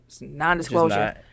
Non-disclosure